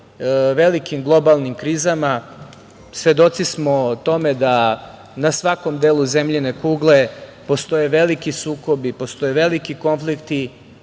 velikim globalnim krizama, svedoci smo tome da na svakom delu zemljine kugle postoje veliki sukobi, postoje veliki konflikti,